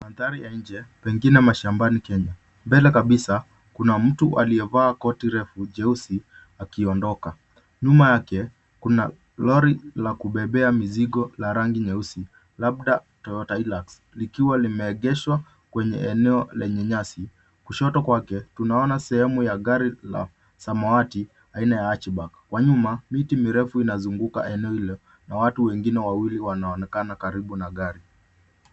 Mandhari ya nje, pengine mashambani Kenya. Mbele kabisa, kuna mtu aliyevaa koti refu jeusi akiondoka. Nyuma yake kuna lori la kubebea mizigo la rangi nyeusi, labda Toyota Hilux, likiwa limeegeshwa kwenye eneo lenye nyasi. Kushoto kwake, tunaona sehemu ya gari la samawati aina ya Hatchback . Kwa nyuma, miti mirefu inazunguka eneo hilo, na watu wengine wawili wanaonekana karibu na gari.